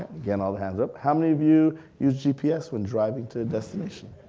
again all the hands up. how many of you use gps when driving to a destination.